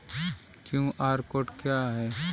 QR code क्या है?